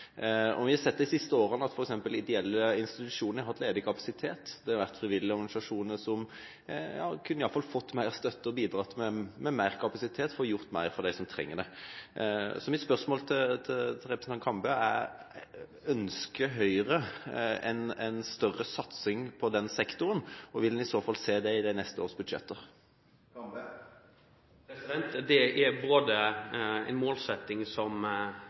Vi har de siste årene sett at f.eks. ideelle institusjoner har hatt ledig kapasitet. Det har vært frivillige organisasjoner som i alle fall kunne fått mer støtte og bidratt med mer kapasitet for å få gjort mer for dem som trenger det. Så mitt spørsmål til representanten Kambe er: Ønsker Høyre en større satsing på den sektoren, og vil en i så fall se det i de neste års budsjetter? Dette er en målsetting som